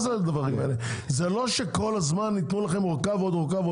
לא ייתנו לכם כל הזמן ארכה ועוד ארכה.